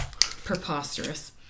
preposterous